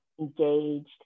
engaged